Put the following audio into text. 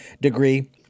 degree